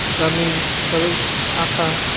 गामि हिसाबै आसा